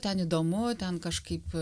ten įdomu ten kažkaip